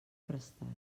prestats